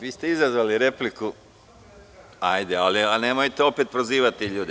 Vi ste izazvali repliku, ali nemojte opet prozivati ljude.